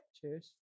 Cheers